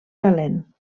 calent